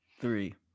Three